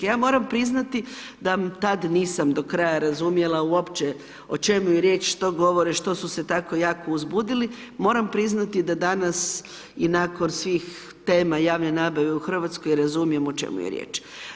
Ja moram priznati da tad nisam do kraja razumjela uopće o čemu je riječ, što govore, što su se tako jako uzbudili, moram priznati da danas i nakon svih tema javne nabave u Hrvatskoj, razumijem o čemu je riječ.